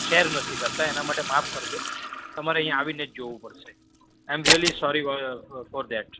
એ share નથી કરતાં એના માટે માફ કરજો તમારે અહીં આવીને જ જોવું પડશે I am really sorry for that